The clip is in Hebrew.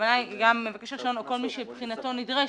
הכוונה היא: "מבקש הרישיון או כל מי שבחינתו נדרשת",